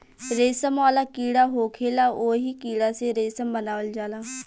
रेशम वाला कीड़ा होखेला ओही कीड़ा से रेशम बनावल जाला